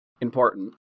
important